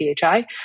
PHI